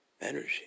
energy